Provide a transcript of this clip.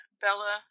Bella